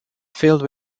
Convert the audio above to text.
filled